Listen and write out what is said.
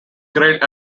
grade